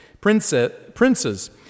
princes